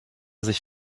sich